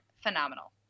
phenomenal